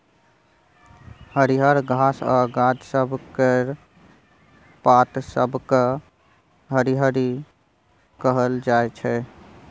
हरियर घास आ गाछ सब केर पात सबकेँ हरियरी कहल जाइ छै